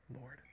Lord